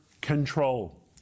control